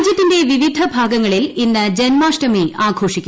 രാജ്യത്തിന്റെ വിവിധ ഭാഗങ്ങളിൽ ഇന്ന് ജന്മാഷ്ടമി ന് ആഘോഷിക്കുന്നു